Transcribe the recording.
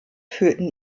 führten